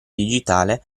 digitale